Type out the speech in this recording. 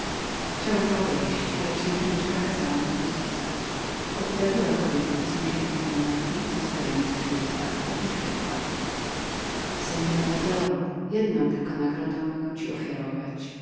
chciałem odejść ale księżniczka kazała mi pozostać następnie oddaliła kobiety do drugiej komnaty zostawując drzwi otwarte i rzekła seor avadoro jedną tylko nagrodę mogę ci ofiarować